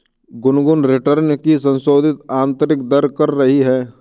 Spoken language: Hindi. गुनगुन रिटर्न की संशोधित आंतरिक दर कर रही है